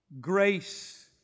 grace